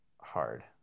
hard